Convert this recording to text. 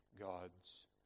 God's